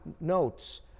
notes